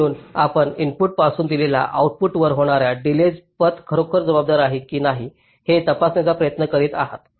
म्हणून आपण इनपुटपासून दिलेल्या आउटपुटवर होणार्या डिलेज पथ खरोखरच जबाबदार आहे की नाही हे तपासण्याचा प्रयत्न करीत आहात